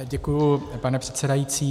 Děkuji, pane předsedající.